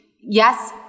yes